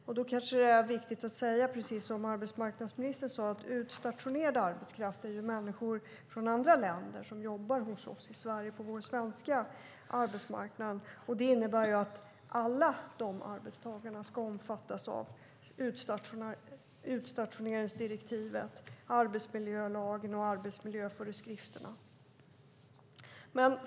Det är kanske viktigt att säga precis som arbetsmarknadsministern sade att utstationerad arbetskraft är människor från andra länder som jobbar hos oss i Sverige på vår svenska arbetsmarknad. Det innebär att de alla ska omfattas av utstationeringsdirektivet, arbetsmiljölagen och arbetsmiljöföreskrifterna.